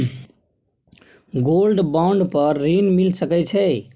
Gold bond पर ऋण मिल सके छै?